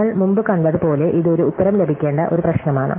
നമ്മൾ മുമ്പ് കണ്ടതുപോലെ ഇത് ഒരു ഉത്തരം ലഭിക്കേണ്ട ഒരു പ്രശ്നമാണ്